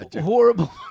horrible